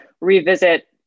revisit